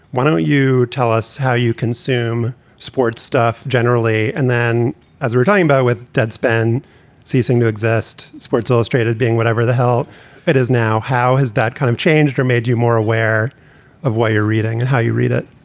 why don't you tell us how you consume sports stuff generally? and then as we're talking about with deadspin ceasing to exist, sports illustrated being whatever the hell it is now, how has that kind of changed or made you more aware of what you're reading and how you read it?